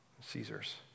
Caesar's